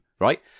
Right